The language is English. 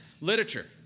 literature